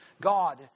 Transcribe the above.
God